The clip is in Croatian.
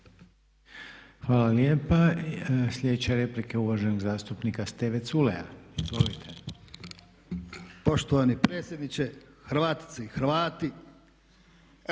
Hvala lijepa. Slijedeća replika je uvaženog zastupnika Steve Culeja. Izvolite.